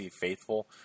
faithful